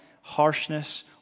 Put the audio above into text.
harshness